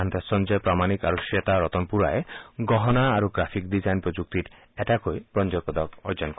আনহাতে সঞ্জয় প্ৰমাণিক আৰু খেতা ৰতনপুৰাই গহণা আৰু গ্ৰাফিক ডিজাইন প্ৰযুক্তিত এটাকৈ ব্ৰঞ্জৰ পদক অৰ্জন কৰে